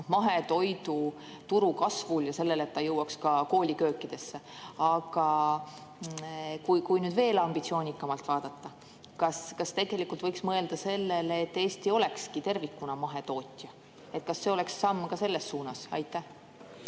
mahetoiduturu kasvu ja selle vahel, et see [toit] jõuaks ka kooliköökidesse. Aga kui nüüd veel ambitsioonikamalt vaadata, kas võiks mõelda sellele, et Eesti olekski tervikuna mahetootja? Kas see oleks samm ka selles suunas? Aitäh,